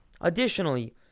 Additionally